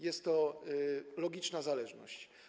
Jest to logiczna zależność.